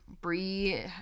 Brie